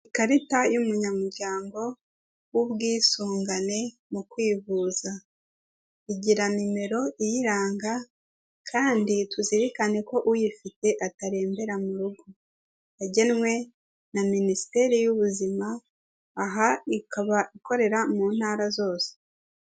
Ikarita y'umunyamuryango w'ubwisungane mu kwivuza, igira nimero iyiranga kandi tuzirikane ko uyifite atarembera mu rugo, yagenwe na minisiteri y'ubuzima, aha ikaba ikorera mu ntara zose.